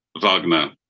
Wagner